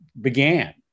began